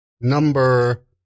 number